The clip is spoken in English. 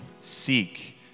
Seek